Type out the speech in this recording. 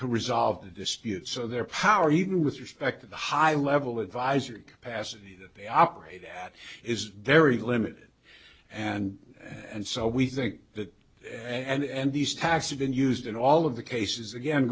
to resolve the dispute so their power even with respect to the high level advisory capacity that they operate at is very limited and and so we think that and these taxes been used in all of the cases again